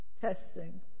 testing